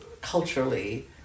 culturally